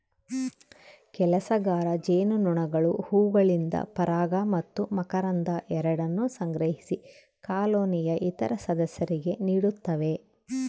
ಕೆಲಸಗಾರ ಜೇನುನೊಣಗಳು ಹೂವುಗಳಿಂದ ಪರಾಗ ಮತ್ತು ಮಕರಂದ ಎರಡನ್ನೂ ಸಂಗ್ರಹಿಸಿ ಕಾಲೋನಿಯ ಇತರ ಸದಸ್ಯರಿಗೆ ನೀಡುತ್ತವೆ